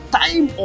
time